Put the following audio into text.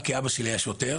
גם כי אבא שלי היה שוטר,